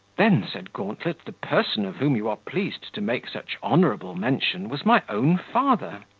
then, said gauntlet, the person of whom you are pleased to make such honourable mention was my own father.